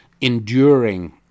enduring